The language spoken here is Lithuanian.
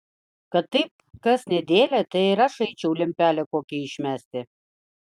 kad taip kas nedėlią tai ir aš eičiau lempelę kokią išmesti